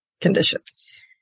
conditions